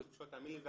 תאמין לי,